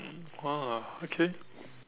!wah! okay